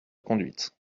conduite